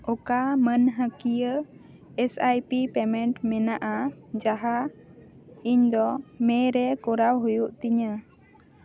ᱚᱠᱟ ᱢᱟᱹᱱᱦᱟᱹᱠᱤᱭᱟᱹ S I P payment ᱢᱮᱱᱟᱜᱼᱟ ᱡᱟᱦᱟᱸ ᱤᱧᱫᱚ ᱢᱮ ᱨᱮ ᱠᱚᱨᱟᱣ ᱦᱩᱭᱩᱜ ᱛᱤᱧᱟᱹ